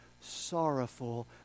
sorrowful